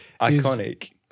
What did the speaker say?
Iconic